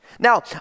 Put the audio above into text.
Now